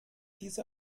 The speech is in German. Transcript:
diese